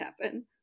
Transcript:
happen